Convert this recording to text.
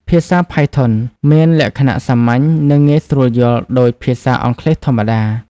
ភាសា Python មានលក្ខណៈសាមញ្ញ និងងាយយល់ដូចភាសាអង់គ្លេសធម្មតា។